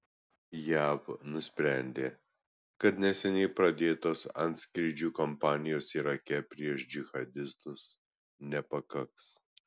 jav nusprendė kad neseniai pradėtos antskrydžių kampanijos irake prieš džihadistus nepakaks